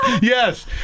Yes